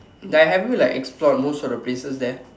like have you like explored most of the places there